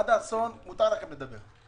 עד האסון מותר לכם לדבר.